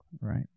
Right